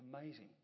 amazing